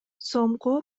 сомго